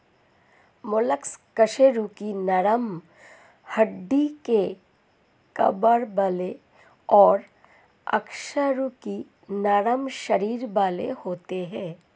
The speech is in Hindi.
मोलस्क कशेरुकी नरम हड्डी के कवर वाले और अकशेरुकी नरम शरीर वाले होते हैं